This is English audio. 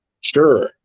Sure